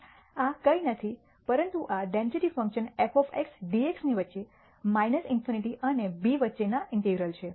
આ કંઈ નથી પરંતુ આ ડેન્સિટી ફંક્શન f dx ની વચ્ચે ∞ અને b વચ્ચેના ઇન્ટિગ્રલ છે